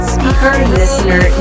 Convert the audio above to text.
Speaker-Listener